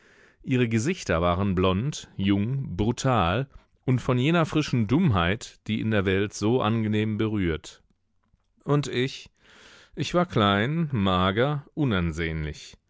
ihre gesichter waren blond jung brutal und von jener frischen dummheit die in der welt so angenehm berührt und ich ich war klein mager unansehnlich